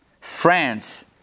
France